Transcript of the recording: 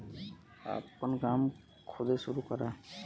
आपन काम खुदे सुरू करा